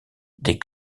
des